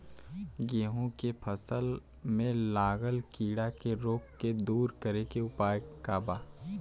गेहूँ के फसल में लागल कीड़ा के रोग के दूर करे के उपाय का बा?